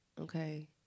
okay